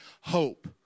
hope